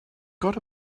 got